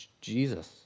Jesus